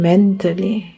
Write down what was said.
Mentally